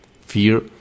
Fear